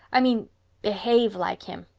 i mean behave like him.